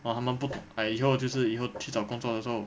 oh 他们不 eh 以后就是以后去找工作的时候